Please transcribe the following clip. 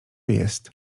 jest